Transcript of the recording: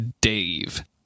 Dave